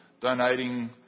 donating